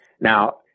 Now